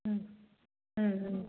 ம் ம் ம்